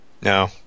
No